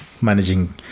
managing